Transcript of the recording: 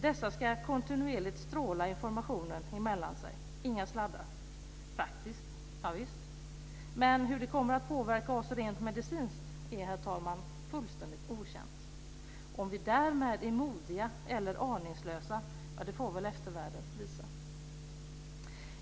Dessa ska kontinuerligt stråla informationen emellan sig - inga sladdar. Praktiskt, ja visst. Men hur det kommer att påverka oss rent medicinskt är helt okänt. Om vi därmed är modiga eller aningslösa får eftervärlden visa.